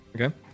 Okay